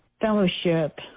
fellowship